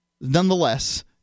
nonetheless